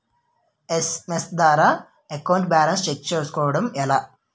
SMS ద్వారా account balance check చేసుకోవటం ఎలా?